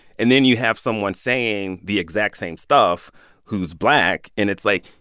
and then you have someone saying the exact same stuff who's black. and it's like,